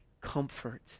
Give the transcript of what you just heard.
comfort